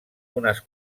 unes